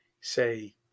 say